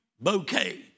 bouquet